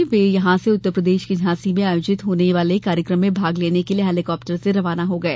उसके वे यहां से उत्तर प्रदेश के झांसी में आयोजित होने वाले कार्यक्रम में भाग लेने हेलीकाप्टर से रवाना हो गए